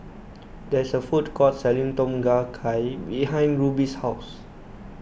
there is a food court selling Tom Kha Gai behind Ruby's house